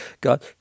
God